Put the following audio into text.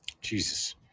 Jesus